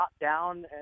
down